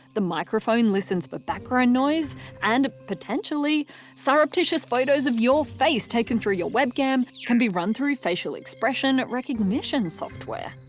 the microphone listens for but background noise and potentially surreptitious photos of your face taken through your webcam can be run through facial expression recognition software.